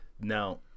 Now